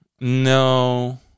No